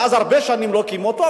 ואז הרבה שנים לא קיימו אותו,